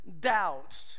doubts